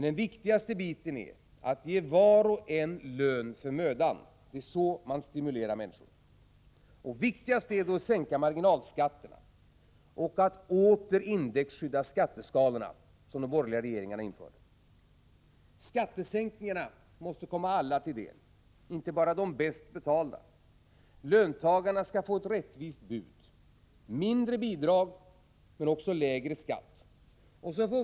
Det viktigaste är att ge var och en lön för mödan — det är så man stimulerar människor. Viktigast är då att sänka marginalskatterna och att åter indexskydda skatteskalorna. Detta indexskydd infördes av de borgerliga regeringarna. Skattesänkningarna måste komma alla till del, inte bara de bäst betalda. Löntagarna skall få ett rättvist bud — mindre bidrag men också lägre skatt.